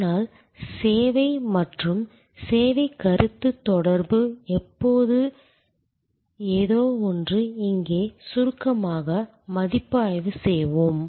ஆனால் சேவை மூலோபாயம் மற்றும் சேவை கருத்து தொடர்பு என்பது ஏதோ ஒன்று இங்கே சுருக்கமாக மதிப்பாய்வு செய்வோம்